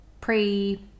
pre